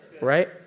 Right